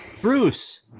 Bruce